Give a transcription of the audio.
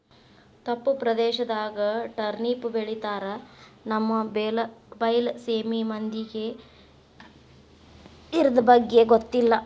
ತಪ್ಪು ಪ್ರದೇಶದಾಗ ಟರ್ನಿಪ್ ಬೆಳಿತಾರ ನಮ್ಮ ಬೈಲಸೇಮಿ ಮಂದಿಗೆ ಇರ್ದಬಗ್ಗೆ ಗೊತ್ತಿಲ್ಲ